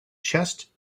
chest